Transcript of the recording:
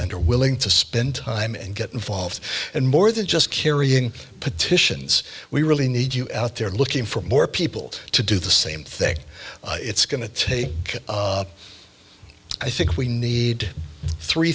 and are willing to spend time and get involved and more than just carrying petitions we really need you out there looking for more people to do the same thing it's going to take i think we need three